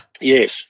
Yes